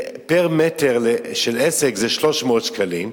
ופר-מטר של עסק זה 300 שקלים,